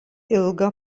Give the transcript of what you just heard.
ilgą